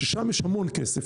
ששם יש המון כסף.